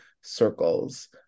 circles